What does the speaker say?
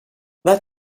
that